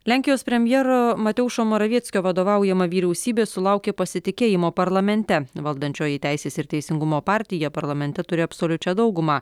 lenkijos premjeromateušo moravieckio vadovaujama vyriausybė sulaukė pasitikėjimo parlamente valdančioji teisės ir teisingumo partija parlamente turi absoliučią daugumą